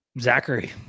Zachary